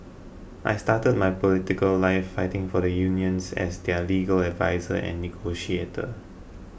I started my political life fighting for the unions as their legal adviser and negotiator